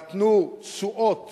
נתנו תשואות